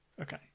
okay